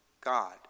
God